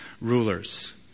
rulers